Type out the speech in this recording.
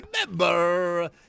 remember